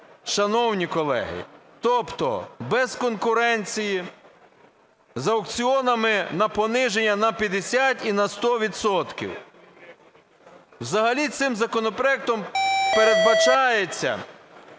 Шановні колеги, тобто без конкуренції за аукціонами на пониження на 50 і на 100 відсотків. Взагалі цим законопроектом передбачається,